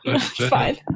Fine